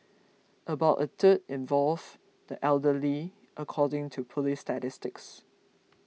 about a third involves the elderly according to police statistics